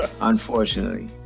Unfortunately